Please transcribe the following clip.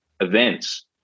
events